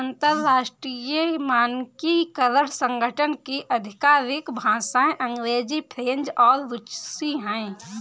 अंतर्राष्ट्रीय मानकीकरण संगठन की आधिकारिक भाषाएं अंग्रेजी फ्रेंच और रुसी हैं